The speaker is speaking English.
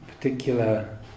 particular